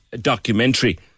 documentary